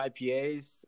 IPAs